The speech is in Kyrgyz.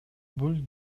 бул